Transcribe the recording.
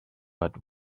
but